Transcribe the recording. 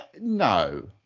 No